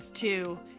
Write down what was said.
Two